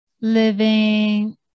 living